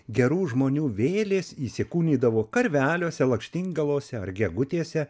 gerų žmonių vėlės įsikūnydavo karveliuose lakštingalose ar gegutėse